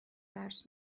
درس